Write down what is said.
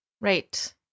Right